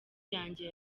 yanjye